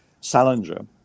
Salinger